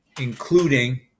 including